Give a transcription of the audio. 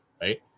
Right